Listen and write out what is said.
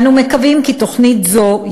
אנו מקווים כי תוכנית זו,